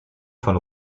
von